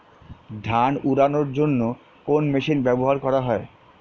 ধান উড়ানোর জন্য কোন মেশিন ব্যবহার করা হয়?